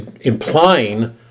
implying